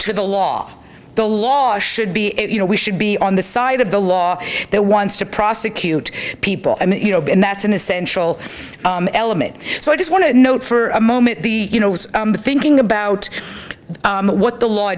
to the law the law should be you know we should be on the side of the law that wants to prosecute people and you know been that's an essential element so i just want to note for a moment the you know the thinking about what the law